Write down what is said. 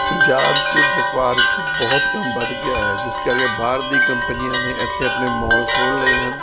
ਪੰਜਾਬ 'ਚ ਵਪਾਰਿਕ ਬਹੁਤ ਕੰਮ ਵੱਧ ਗਿਆ ਹੈ ਜਿਸ ਕਰਕੇ ਬਾਹਰ ਦੀ ਕੰਪਨੀਆਂ ਨੇ ਇੱਥੇ ਆਪਣੇ ਮਾਲ ਖੋਲ੍ਹ ਲਏ ਹਨ